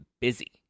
busy